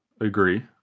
agree